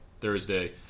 Thursday